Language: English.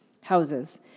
houses